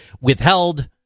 withheld